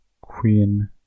queen